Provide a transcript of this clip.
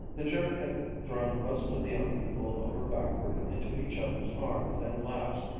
the jerk had thrown most of the young people over backward into each other's arms and laps,